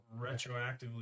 retroactively